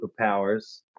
Superpowers